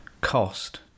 cost